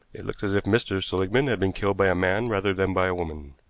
it looks as if mr. seligmann had been killed by a man rather than by a woman.